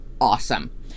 awesome